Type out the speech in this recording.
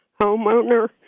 homeowner